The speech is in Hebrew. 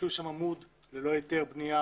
הוציאו שם עמוד תומך ללא היתר בניה